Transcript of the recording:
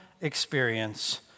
experience